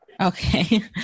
Okay